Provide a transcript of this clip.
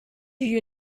you